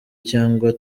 cyangwa